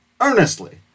earnestly